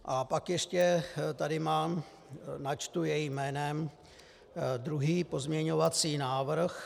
A pak ještě tady mám, načtu jejím jménem druhý pozměňovací návrh...